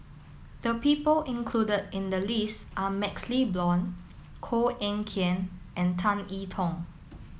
the people included in the list are MaxLe Blond Koh Eng Kian and Tan I Tong